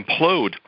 implode